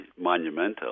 monumental